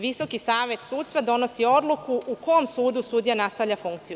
Visoki savet sudstva donosi odluku u kom sudu sudija nastavlja funkciju.